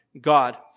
God